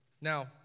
Now